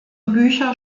bücher